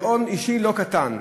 והון אישי לא קטן.